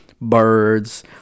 birds